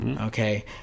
okay